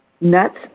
nuts